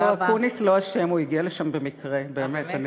לא, אקוניס לא אשם, הוא הגיע לשם במקרה, באמת.